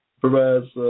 provides